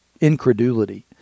incredulity